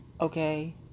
okay